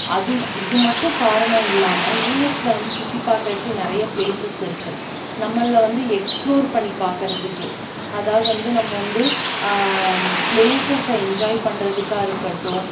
அதுவும் இது மட்டும் காரணம் இல்லாமல் யுஎஸ்ஸில் வந்து சுற்றிப் பாக்கறதுக்கு நிறைய பிளேசஸ் இருக்குது நம்மளை வந்து எக்ஸ்ப்ளோர் பண்ணி பாக்கிறதுக்கு அதாவது வந்து நம்ம வந்து பிளேசஸ்ஸை என்ஜாய் பண்றதுக்காக இருக்கட்டும்